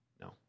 No